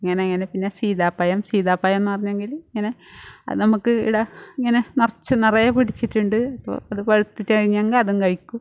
അങ്ങനെയങ്ങനെ സീതാപ്പഴം സീതാപ്പഴം എന്ന് പറഞ്ഞെങ്കിൽ അങ്ങനെ അത് നമുക്ക് ഇവിടെ ഇങ്ങനെ നിറച്ചും നിറയെ പിടിച്ചിട്ടുണ്ട് അപ്പം അത് പഴുത്തെങ്കിൽ അതും കഴിക്കും